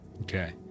Okay